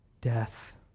death